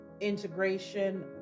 integration